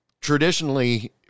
traditionally